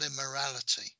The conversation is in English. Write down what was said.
immorality